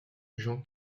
jean